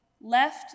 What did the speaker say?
left